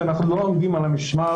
שאנחנו לא עומדים על המשמר.